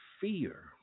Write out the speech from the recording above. fear